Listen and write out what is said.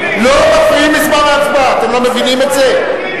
לא מפריעים בזמן ההצבעה, אתם לא מבינים את זה?